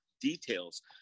details